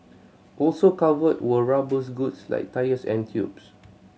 also covered were rubbers goods like tyres and tubes